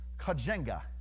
kajenga